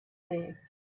there